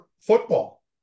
football